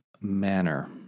manner